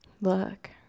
look